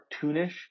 cartoonish